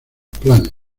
planes